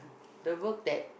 the work that